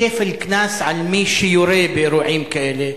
לכפל קנס על מי שיורה באירועים כאלה,